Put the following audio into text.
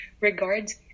regards